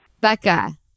Becca